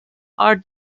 are